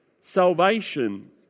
salvation